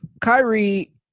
Kyrie